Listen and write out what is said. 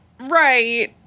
Right